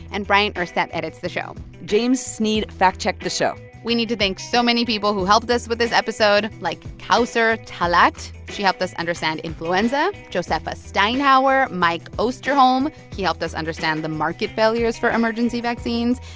and bryant urstadt edits the show james sneed fact-checked the show we need to thank so many people who helped us with this episode, like kawsar talaat she helped us understand influenza josefa steinhauer, mike osterholm he helped us understand the market failures for emergency vaccines.